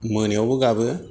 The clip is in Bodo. मोनायावबो गाबो